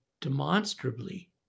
demonstrably